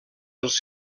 dels